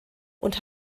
und